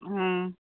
आं